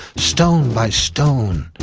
stone by stone,